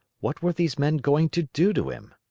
what were these men going to do to him?